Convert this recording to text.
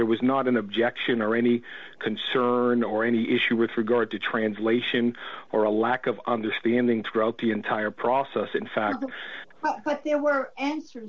there was not an objection or any concern or any issue with regard to translation or a lack of understanding throughout the entire process in fact but there were answer